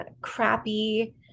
crappy